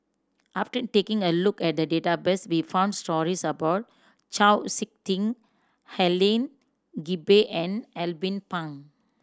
after taking a look at the database we found stories about Chau Sik Ting Helen Gilbey and Alvin Pang